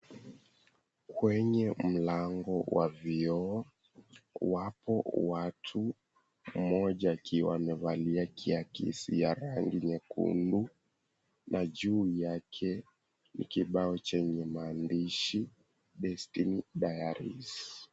Kwenye mlango wa vioo wapo watu mmoja akiwa amevalia kiasi ya rangi nyekundu na juu yake ni kibao chenye maandishi, Destiny Diaries.